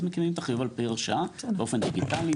אז מקימים את החיוב על הראה באופן דיגיטלי,